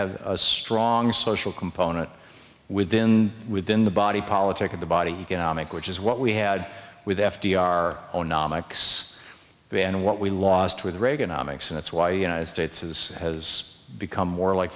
have a strong social component within within the body politic of the body economic which is what we had with f d r nomics the and what we lost with reaganomics and that's why united states is has become more like